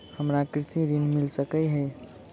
हमरा कृषि ऋण मिल सकै है?